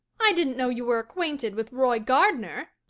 i didn't know you were acquainted with roy gardner!